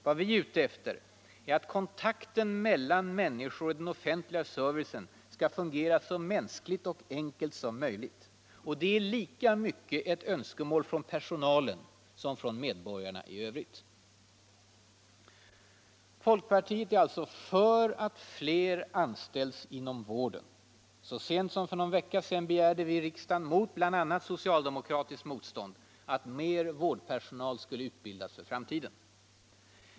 Vad vi är ute efter är att kontakten mellan människor och den offentliga servicen skall fungera så mänskligt och enkelt som möjligt. Det är lika mycket ett önskemål från personalen som från medborgarna i övrigt. Folkpartiet är alltså för att fler anställs inom vården. Så sent som för någon vecka sedan begärde vi i riksdagen mot bl.a. socialdemokratiskt motstånd att mer vårdpersonal skulle utbildas för framtiden.